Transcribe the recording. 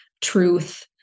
truth